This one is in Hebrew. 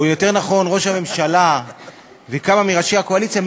או יותר נכון ראש הממשלה וכמה מראשי הקואליציה,